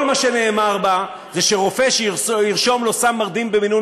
כל מה שנאמר בה זה שרופא שירשום לו סם מרדים במינון